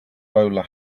bowler